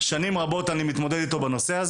שנים רבות אני מתמודד איתו בנושא,